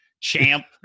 champ